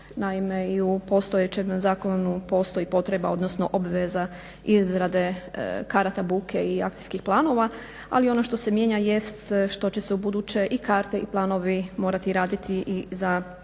Naime i u postojećem zakonu postoji potreba, odnosno obveza izrade karata buke i akcijskih planova ali ono što se mijenja jest što će se ubuduće i karte i planovi i morati raditi i za manja